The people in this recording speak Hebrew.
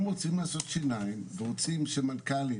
אם רוצים לעשות שיניים ורוצים שמנכ"לים